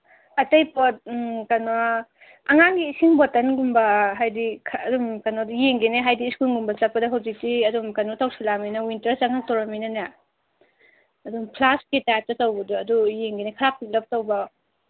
ꯑꯇꯩ ꯄꯣꯠ ꯀꯩꯅꯣ ꯑꯉꯥꯡꯒꯤ ꯏꯁꯤꯡ ꯕꯣꯇꯜꯒꯨꯝꯕ ꯍꯥꯏꯗꯤ ꯈꯔ ꯑꯗꯨꯝ ꯀꯩꯅꯣꯗꯣ ꯌꯦꯡꯒꯦꯅꯦ ꯍꯥꯏꯗꯤ ꯁ꯭ꯀꯨꯜꯒꯨꯝꯕ ꯆꯠꯄꯗ ꯍꯧꯖꯤꯛꯇꯤ ꯑꯗꯨꯝ ꯀꯩꯅꯣ ꯇꯧꯁꯤꯜꯂꯛꯑꯕꯅꯤꯅ ꯋꯤꯟꯇꯔ ꯆꯪꯉꯛꯇꯣꯔꯝꯅꯤꯅ ꯑꯗꯨꯝ ꯐ꯭ꯂꯥꯛꯁꯀꯤ ꯇꯥꯏꯞꯇ ꯇꯧꯕꯗꯨ ꯑꯗꯨ ꯌꯦꯡꯒꯦꯅꯦ ꯈꯔ ꯄꯤꯛꯂꯞ ꯇꯧꯕ